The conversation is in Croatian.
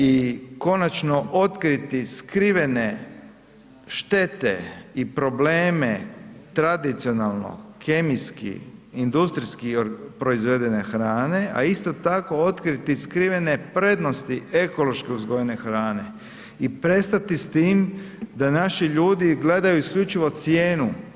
I konačno otkriti skrivene štete i probleme tradicionalno, kemijski, industrijski proizvedene hrane, a isto tako, otkriti skrivene prednosti ekološki uzgojene hrane i prestati s tim da naši ljudi gledaju isključivo cijenu.